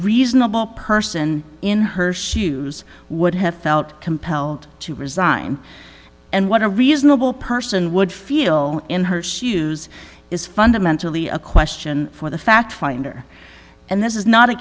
reasonable person in her shoes would have felt compelled to resign and what a reasonable person would feel in her shoes is fundamentally a question for the fact finder and this is not a